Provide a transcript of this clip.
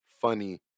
funny